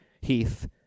Heath